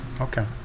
Okay